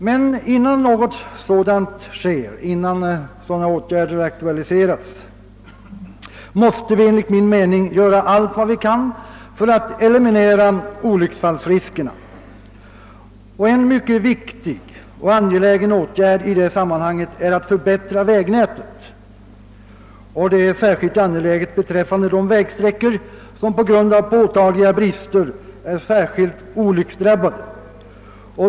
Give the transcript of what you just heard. Men innan sådana åtgärder aktualiseras måste vi enligt min mening göra allt vad vi kan för att eliminera olycksfallsriskerna. En mycket viktig och angelägen åtgärd i det sammanhanget är att förbättra vägnätet. Detta är särskilt angeläget beträffande de vägsträckor som på grund av påtagliga brister är mycket olycksdrabbade.